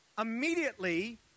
immediately